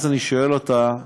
אני שואל אותה: